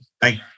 Thank